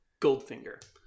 Goldfinger